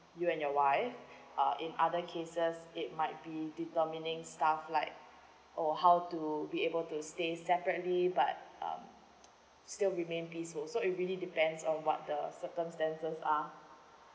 you and your wife uh in other cases it might be determining stuff like or how to be able to stay separately but um still peaceful so it really depends on what the circumstances are